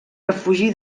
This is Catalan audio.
refugi